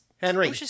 Henry